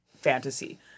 fantasy